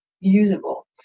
usable